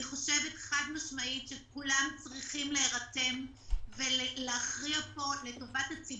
אני חושבת חד משמעית שכולם צריכים להירתם ולהכריע פה לטובת הציבור.